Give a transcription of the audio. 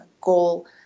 goal